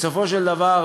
בסופו של דבר,